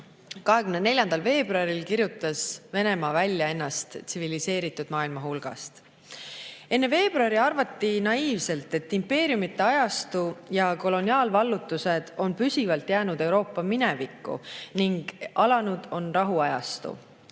24. veebruaril kirjutas Venemaa end tsiviliseeritud maailmast välja. Enne veebruari arvati naiivselt, et impeeriumite ajastu ja koloniaalvallutused on püsivalt jäänud Euroopa minevikku ning alanud on rahuajastu.